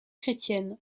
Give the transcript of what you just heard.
chrétienne